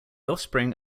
offspring